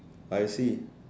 I see